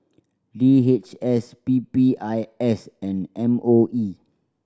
D H S P P I S and M O E